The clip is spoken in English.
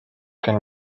can